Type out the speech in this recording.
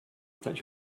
that